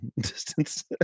distance